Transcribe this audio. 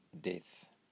death